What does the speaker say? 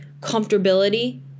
comfortability